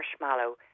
marshmallow